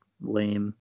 lame